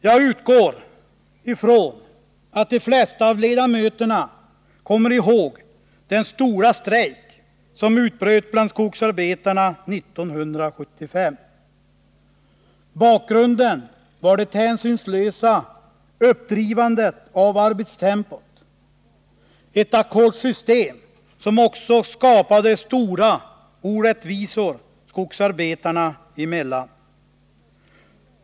Jag utgår ifrån att de flesta av ledamöterna kommer ihåg den stora strejk som utbröt bland skogsarbetarna 1975. Bakgrunden var det hänsynslösa uppdrivandet av arbetstempot, ett ackordsystem som också skapade stora orättvisor skogsarbetarna emellan.